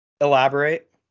Elaborate